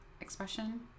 expression